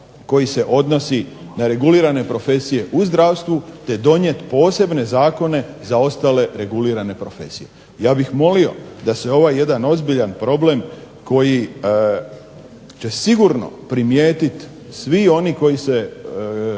koji se odnosi na regulirane profesije u zdravstvu, te donijeti posebne zakone za ostale regulirane profesije. Ja bih molio da se ovaj jedan ozbiljan problem koji će sigurno primijetiti svi oni koji su